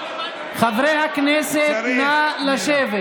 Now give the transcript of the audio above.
בראש, לא,